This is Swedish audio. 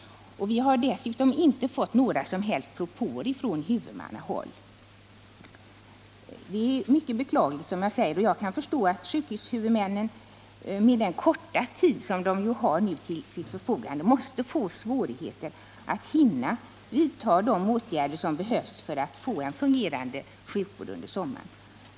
Vi har inte heller fått några som helst propåer från huvudmannahåll. Det hela är, som sagt, mycket beklagligt, och jag kan förstå att sjukvårdshuvudmännen med den korta tid som de nu har till sitt förfogande måste få svårigheter att hinna vidta de åtgärder som behövs för att få en fungerande sjukvård under sommaren.